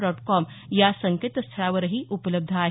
dot com या संकेतस्थळावरही उपलब्ध आहे